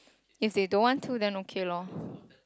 if they don't want to then okay lor